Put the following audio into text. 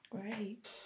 great